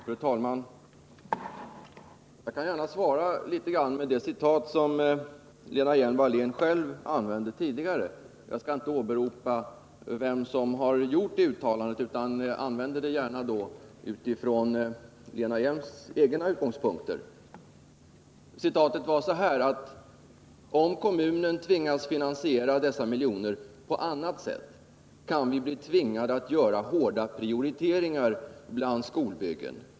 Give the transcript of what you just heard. Fru talman! Jag kan gärna svara med det citat som Lena Hjelm-Wallén själv använde tidigare. Jag skall inte åberopa vem som har gjort det uttalandet utan använder det gärna utifrån Lena Hjelm-Walléns egna utgångspunkter. Citatet lyder: ”Om kommunen tvingas finansiera dessa miljoner på annat sätt kan vi bli tvingade att göra hårda prioriteringar bland byggobjekten.